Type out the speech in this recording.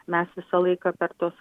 mes visą laiką per tuos